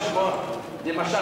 למשל,